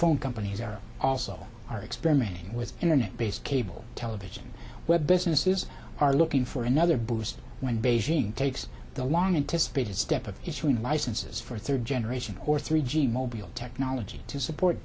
phone companies are also are experimenting with internet based cable television where businesses are looking for another boost when beijing takes the long anticipated step of issuing licenses for third generation or three g mobile technology to support